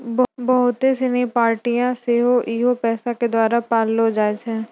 बहुते सिनी पार्टियां सेहो इहे पैसा के द्वारा पाललो जाय छै